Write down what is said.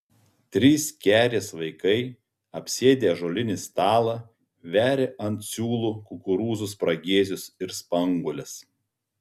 trys kerės vaikai apsėdę ąžuolinį stalą veria ant siūlų kukurūzų spragėsius ir spanguoles